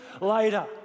later